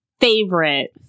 favorite